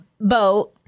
boat